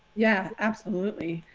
yeah, absolutely.